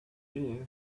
these